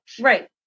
Right